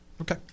Okay